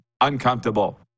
uncomfortable